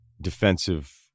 defensive